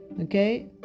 Okay